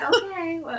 okay